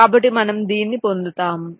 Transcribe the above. కాబట్టి మనం దీన్ని పొందుతాము